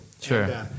Sure